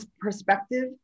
perspective